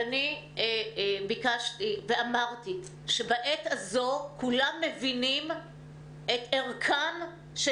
אני ביקשתי ואמרתי שבעת הזו כולם מבינים את ערכם של